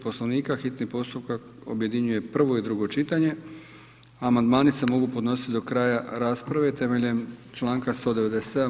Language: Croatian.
Poslovnika hitni postupak objedinjuje prvo i drugo čitanje, a amandmani se mogu podnositi do kraja rasprave temeljem čl. 197.